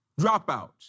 dropouts